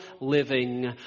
living